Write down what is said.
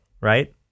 right